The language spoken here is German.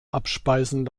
abspeisen